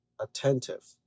attentive